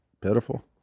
pitiful